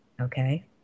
okay